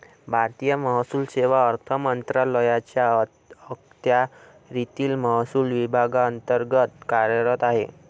भारतीय महसूल सेवा अर्थ मंत्रालयाच्या अखत्यारीतील महसूल विभागांतर्गत कार्यरत आहे